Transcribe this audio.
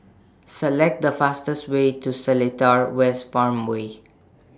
Select The fastest Way to Seletar West Farmway